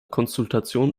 konsultation